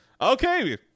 Okay